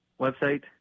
website